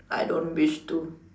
I don't wish to